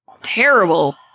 terrible